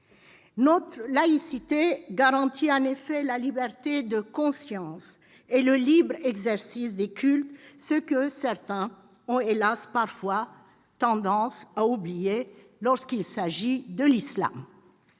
Notre laïcité garantit la liberté de conscience et le libre exercice des cultes, ce que certains ont, hélas ! parfois tendance à oublier lorsqu'il s'agit de l'islam.